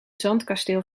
zandkasteel